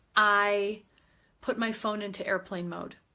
i put my phone into airplane mode